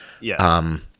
Yes